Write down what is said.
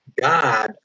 God